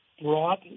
brought